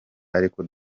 ariko